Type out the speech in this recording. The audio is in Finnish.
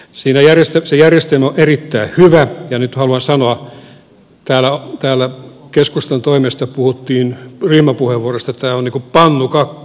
se järjestelmä on erittäin hyvä ja nyt haluan sanoa kun täällä keskustan toimesta puhuttiin ryhmäpuheenvuorossa että tämä on niin kuin pannukakku